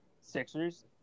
Sixers